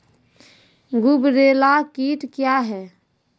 गुबरैला कीट क्या हैं?